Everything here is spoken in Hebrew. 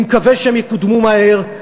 אני מקווה שהם יקודמו מהר.